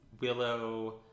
Willow